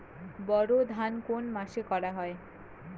বোরো ধান কোন মাসে করা হয়?